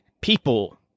people